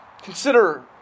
Consider